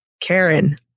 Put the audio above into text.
Karen